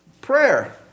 prayer